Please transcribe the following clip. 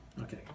Okay